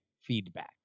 feedback